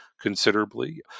considerably